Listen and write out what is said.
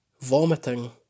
vomiting